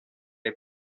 les